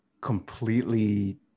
completely